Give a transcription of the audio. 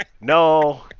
No